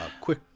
quick